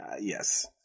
Yes